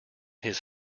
his